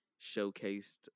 showcased